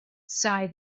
sighed